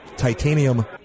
titanium